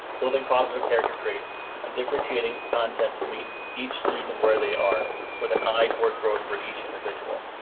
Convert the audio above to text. building positive character traits and differentiating content to meet each student where they are with an eye toward growth for each individual.